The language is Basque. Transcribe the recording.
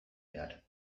behar